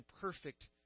perfect